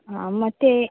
ಹಾಂ ಮತ್ತು